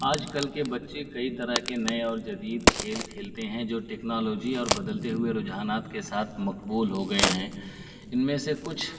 آج کل کے بچے کئی طرح کے نئے اور جدید کھیل کھیلتے ہیں جو ٹیکنالوجی اور بدلتے ہوئے رجحانات کے ساتھ مقبول ہو گئے ہیں ان میں سے کچھ